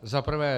Za prvé.